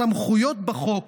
הסמכויות בחוק